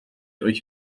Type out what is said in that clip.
euch